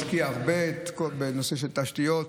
והוא השקיע הרבה בנושא תשתיות.